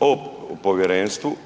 o povjerenstvu,